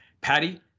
Patty